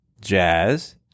Jazz